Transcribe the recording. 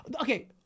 Okay